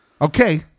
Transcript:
Okay